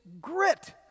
grit